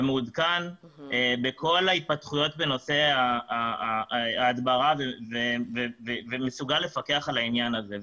ומעודכן בכל ההתפתחויות בנושא ההדברה ומסוגל לפקח על העניין הזה.